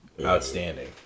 outstanding